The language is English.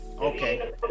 okay